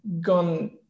gone